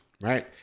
right